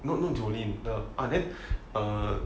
no no joline the ah then err